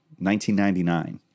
1999